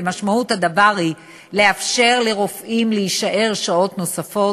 משמעות הדבר היא לאפשר לרופאים להישאר שעות נוספות,